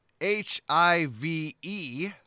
H-I-V-E